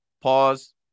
pause